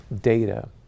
data